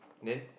then